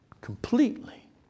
Completely